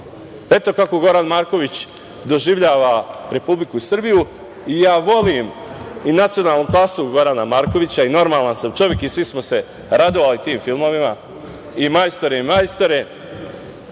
Eto kako Goran Marković doživljava Republiku Srbiju. Ja volim i „Nacionalnu klasu“ Gorana Markovića i normalan sam čovek i svi smo se radovali tim filmovima i „Majstore, majstore“